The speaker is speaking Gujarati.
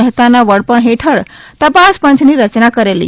મહેતાના વડપણ હેઠળ તપાસપંચની રચના કરેલી